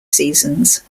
seasons